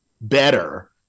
better